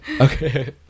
Okay